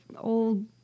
old